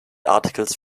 articles